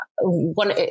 one